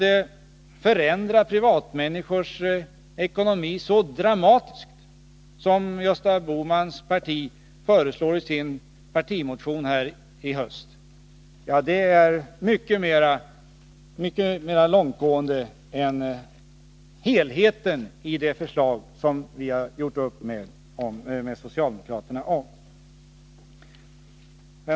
Att förändra privatpersoners ekonomi så dramatiskt som Gösta Bohmans parti föreslår i sin partimotion i höst är mycket mer långtgående än hela det förslag som vi har gjort upp med socialdemokraterna om.